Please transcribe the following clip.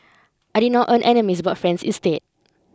I did not earn enemies but friends instead